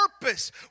purpose